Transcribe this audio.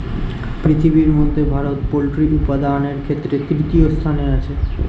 পৃথিবীর মধ্যে ভারত পোল্ট্রি উপাদানের ক্ষেত্রে তৃতীয় স্থানে আছে